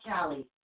Callie